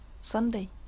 Sunday